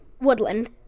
Woodland